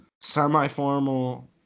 semi-formal